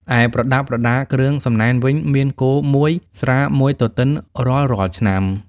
ឯប្រដាប់ប្រដាគ្រឿងសំណែនវិញមាន គោ ១ ស្រា ១ទទិនរាល់ៗឆ្នាំ។